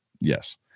yes